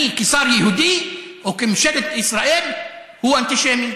כשר יהודי, או כממשלת ישראל, הוא אנטישמי.